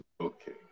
okay